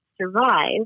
survive